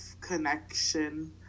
connection